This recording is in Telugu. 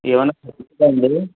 ఏమన్న తగ్గుద్దా అండి